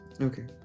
Okay